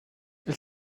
elle